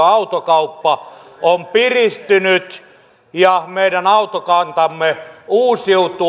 autokauppa on piristynyt ja meidän autokantamme uusiutuu